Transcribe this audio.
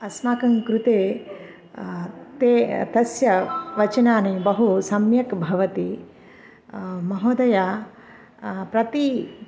अस्माकं कृते ते तस्य वचनानि बहु सम्यक् भवति महोदयं प्रति